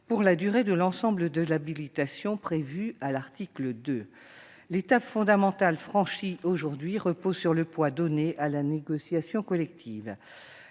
pour la durée de l'ensemble de l'habilitation prévue à l'article 2. L'étape fondamentale que nous franchissons aujourd'hui repose sur le poids donné à la négociation collective.